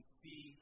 see